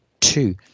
Two